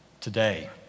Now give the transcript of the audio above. today